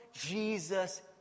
Jesus